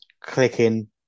clicking